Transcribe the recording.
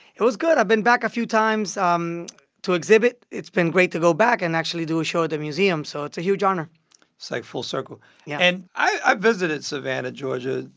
it was good. i've been back a few times um to exhibit. it's been great to go back and actually do a show at the museum. so it's a huge honor it's so like full circle yeah and i visited savannah, ga,